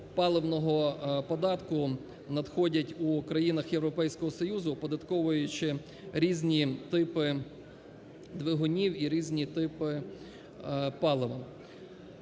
паличного податку надходять в країнах Європейського Союзу, оподатковуючи різні типи двигунів і різні типи палива.